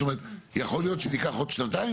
זאת אומרת יכול להיות שזה ייקח עוד שנתיים?